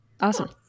Awesome